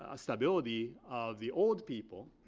ah stability of the old people,